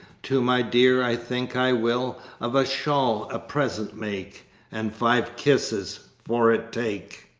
to my dear i think i will of a shawl a present make and five kisses for it take.